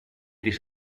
τις